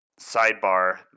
Sidebar